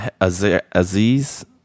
Aziz